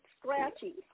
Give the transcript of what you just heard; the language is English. scratchy